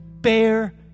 bear